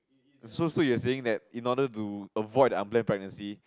so so you are saying that in order to avoid the unplanned pregnancy